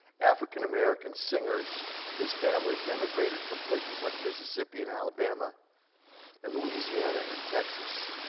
african-american singers whose families immigrated from places like mississippi and alabama and louisiana and texas,